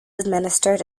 administered